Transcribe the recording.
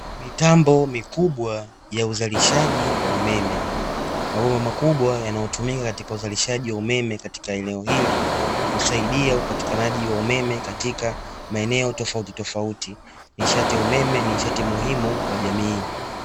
Mitambo mikubwa ya uzalishaji wa umeme. Mabomba makubwa yanayotumika katika uzalishaji wa umeme katika eneo hili, husaidia upatikanaji wa umeme katika maeneo tofautitofauti. Nishati ya umeme ni nishati muhimu kwa jamii.